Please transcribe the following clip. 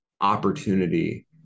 opportunity